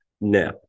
Now